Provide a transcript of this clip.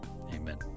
amen